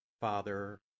Father